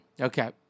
Okay